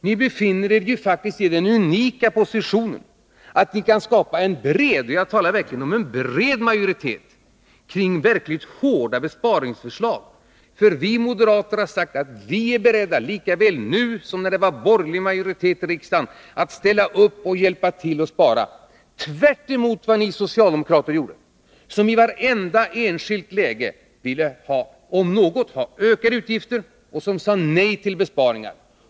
Ni befinner er faktiskt i den unika positionen att ni kan skapa en bred — jag talar verkligen om en bred — majoritet kring verkligt hårda besparingsförslag. Vi moderater har ju sagt att vi är beredda, nu lika väl som när det var borgerlig majoritet i riksdagen, att ställa upp och hjälpa till att spara — tvärtemot vad ni socialdemokrater gjorde. I vartenda enskilt läge ville ni om något ha ökade utgifter, och ni sade nej till besparingar.